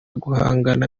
guhangana